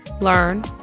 learn